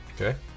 Okay